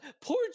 poor